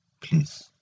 please